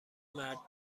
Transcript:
مرد